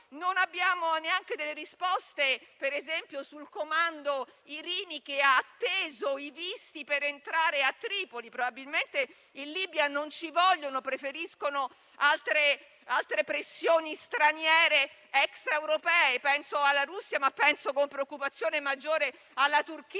Non abbiamo delle risposte neanche sul comando Irini, che ha atteso i visti per entrare a Tripoli. Probabilmente in Libia non ci vogliono e si preferiscono altre pressioni straniere extra-europee (penso alla Russia e, con preoccupazione maggiore, alla Turchia).